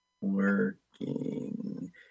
working